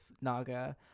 Naga